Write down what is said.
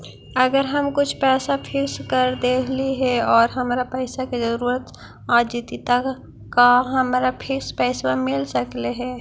अगर हम कुछ पैसा फिक्स कर देली हे और हमरा पैसा के जरुरत आ जितै त का हमरा फिक्स पैसबा मिल सकले हे?